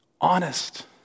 Honest